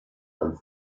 and